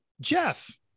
Jeff